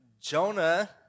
Jonah